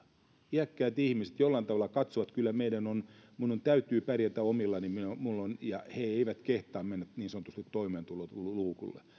iäkkäät ihmiset jollain tavalla katsovat että kyllä minun täytyy pärjätä omillani ja he eivät kehtaa mennä niin sanotusti toimeentuloluukulle